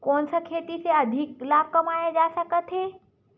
कोन सा खेती से अधिक लाभ कमाय जा सकत हे?